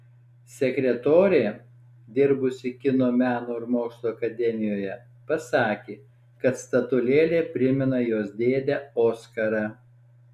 sekretorė dirbusi kino meno ir mokslo akademijoje pasakė kad statulėlė primena jos dėdę oskarą